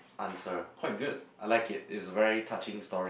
answer quite good I like it it's very touching story